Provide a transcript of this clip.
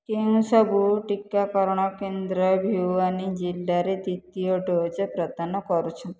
କେଉଁ ସବୁ ଟିକାକରଣ କେନ୍ଦ୍ର ଭିୱାନୀ ଜିଲ୍ଲାରେ ଦ୍ୱିତୀୟ ଡୋଜ୍ ପ୍ରଦାନ କରୁଛନ୍ତି